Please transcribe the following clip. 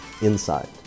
inside